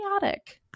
chaotic